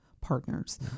partners